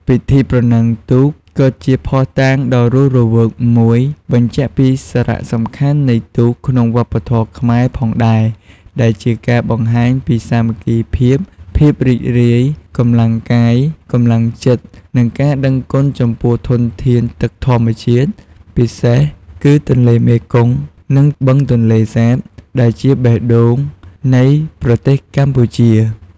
ពិធីបុណ្យប្រណាំងទូក ក៏ជាភស្តុតាងដ៏រស់រវើកមួយបញ្ជាក់ពីសារៈសំខាន់នៃទូកក្នុងវប្បធម៌ខ្មែរផងដែរ ដែលជាការបង្ហាញពីសាមគ្គីភាព ភាពរីករាយ កម្លាំងកាយ កម្លាំងចិត្ត និងការដឹងគុណចំពោះធនធានទឹកធម្មជាតិ ពិសេសគឺទន្លេមេគង្គ និងបឹងទន្លេសាប ដែលជាបេះដូងនៃប្រទេសកម្ពុជា។